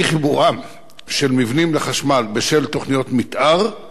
של מבנים לחשמל בשל תוכניות מיתאר אכן נמצא